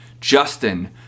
Justin